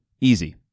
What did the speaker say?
Easy